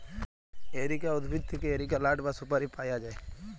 areca উদ্ভিদ থেক্যে areca লাট বা সুপারি পায়া যায়